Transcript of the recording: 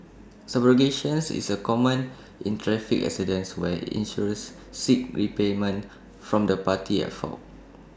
subrogation is A common in traffic accidents where insurers seek repayment from the party at fault